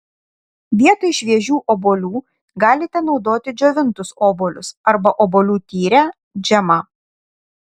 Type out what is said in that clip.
vietoj šviežių obuolių galite naudoti džiovintus obuolius arba obuolių tyrę džemą